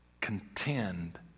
contend